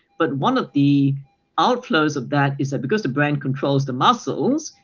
but one of the outflows of that is because the brain controls the muscles,